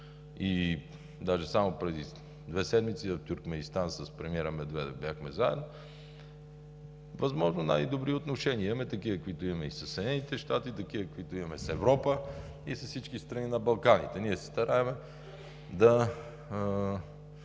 даже само преди две седмици в Тюркменистан с премиера Медведев бяхме заедно, възможно най-добри отношения имаме, каквито имаме и със Съединените щати, каквито имаме с Европа и с всички страни на Балканите. Ние се стараем да